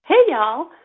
hey, y'all.